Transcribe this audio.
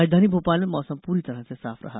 राजधानी भोपाल में मौसम पूरी तरह से साफ रहा